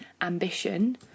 ambition